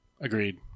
Agreed